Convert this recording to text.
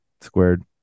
squared